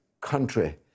country